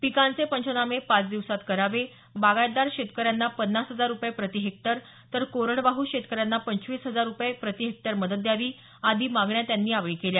पिकांचे पंचनामे पाच दिवसांत करावे बागायतदार शेतकऱ्यांना पन्नास हजार रूपये प्रती हेक्टर तर कोरडवाहू शेतकऱ्यांना पंचवीस हजार रूपये प्रती हेक्टर मदत द्यावी आदी मागण्या त्यांनी यावेळी केल्या